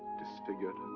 disfigured?